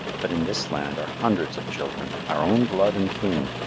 but in this land are hundreds of children, our own blood and kin,